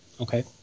Okay